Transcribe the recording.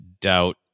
doubt